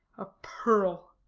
a pearl